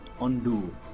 undo